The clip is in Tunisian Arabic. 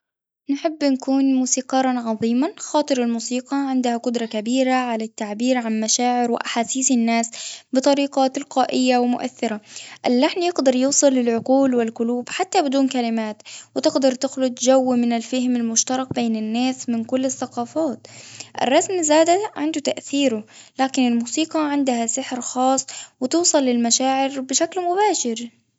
نحب نكون موسيقارًا عظيمًا خاطر الموسيقى عندها قدرة كبيرة على التعبير عن مشاعر وأحاسيس الناس بطريقة تلقائية ومؤثرة، اللحن يقدر يوصل للعقول والقلوب حتى بدون كلمات وتقدر تخلق جو من الفهم المشترك بين الناس من كل الثقافات، الرسم زادة عنده تأثيره لكن الموسيقى عندها سحر خاص وتوصل للمشاعر بشكل مباشر.